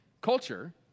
Culture